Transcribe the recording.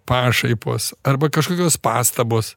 pašaipos arba kažkokios pastabos